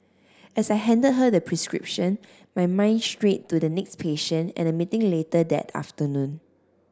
as I handed her the prescription my mind strayed to the next patient and a meeting later that afternoon